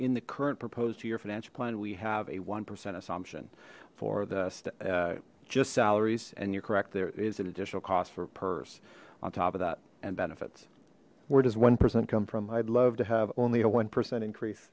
in the current proposed to your financial plan we have a one percent assumption for this just salaries and you're correct there is an additional cost for purse on top of that and benefits where does one percent come from i'd love to have only a one percent increase